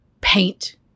paint